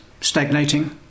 stagnating